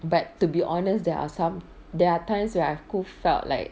but to be honest there are some there are times where aku felt like